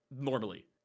normally